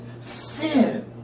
sin